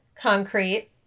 concrete